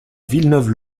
villeneuve